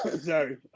sorry